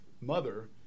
mother